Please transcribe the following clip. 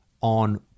on